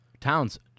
Towns